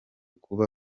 kuba